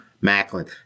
Macklin